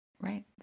Right